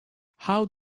how